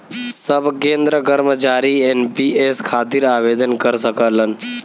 सब केंद्र कर्मचारी एन.पी.एस खातिर आवेदन कर सकलन